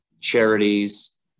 charities